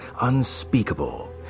unspeakable